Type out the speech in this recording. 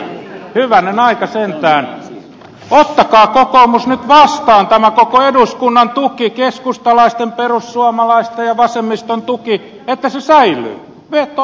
hyvänen aika sentään ottakaa kokoomus nyt vastaan tämä koko eduskunnan tuki keskustalaisten perussuomalaisten ja vasemmiston tuki että se säilyy veto oikeus säilyy